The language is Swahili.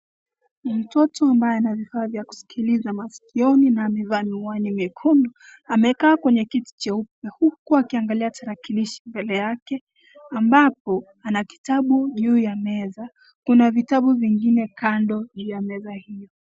Mtoto ambaye ana vifaa vya kuskiliza maskioni ,na amevaa miwani miekundu, amekaa kwenye kiti cheupe huku akiangalia talakilishi mbele yake ,ambapo na kitabu juu ya meza .Kuna vitabu vingine kando juu ya meza hiyo.